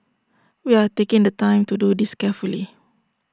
we are taking the time to do this carefully